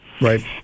Right